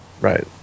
right